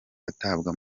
atabwa